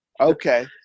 Okay